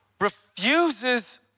refuses